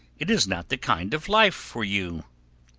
it is not the kind, of life for you.